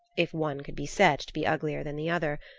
if one could be said to be uglier than the other,